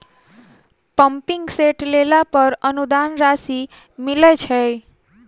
Pumping set लेला पर अनुदान राशि मिलय छैय?